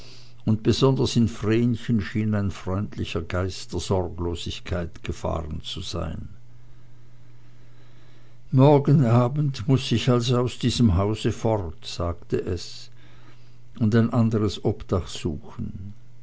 und besonders in vrenchen schien ein freundlicher geist der sorglosigkeit gefahren zu sein morgen abend muß ich also aus diesem hause fort sagte es und ein anderes obdach suchen